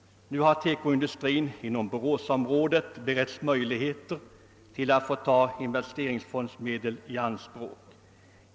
Nu har TEKO-industrierna inom Boråsområdet beretts möjligheter att ta investeringsfondsmedel i anspråk.